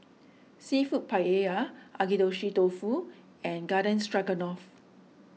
Seafood Paella Agedashi Dofu and Garden Stroganoff